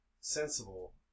sensible